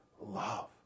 love